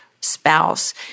spouse